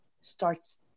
starts